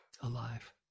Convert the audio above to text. alive